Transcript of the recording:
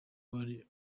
bari